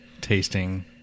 tasting